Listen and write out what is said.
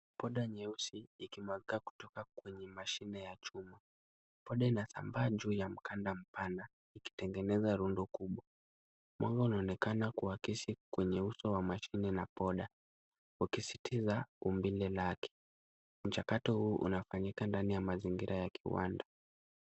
Poda nyeusi ikimwagika kutoka kwenye mashine ya chuma. Poda inasambaa juu ya mkanda mpana ikitengeneza rundo kubwa. Mwanga unaonekana kuakisi kwenye uso wa mashine na poda ukisitiza umbile lake. Mchakato huu unafanyika ndani ya mazingira ya kiwanda.